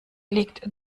liegt